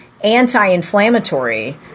anti-inflammatory